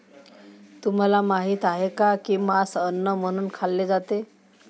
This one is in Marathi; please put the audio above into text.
तुम्हाला माहित आहे का की मांस अन्न म्हणून खाल्ले जाते?